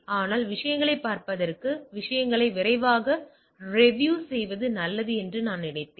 ஆனால் விஷயங்களைப் பார்ப்பதற்கு விஷயங்களை விரைவாக ரெவியூ செய்வது நல்லது என்று நினைத்தேன்